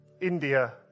India